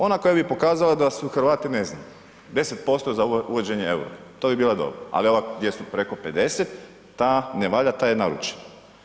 Ona koja bi pokazala da su Hrvati ne znam 10% za uvođenje eura, to bi bila dobra ali ova gdje su preko 50, ta ne valja, ta je naručena.